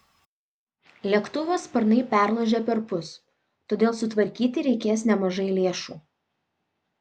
lėktuvo sparnai perlūžę perpus todėl sutvarkyti reikės nemažai lėšų